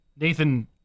Nathan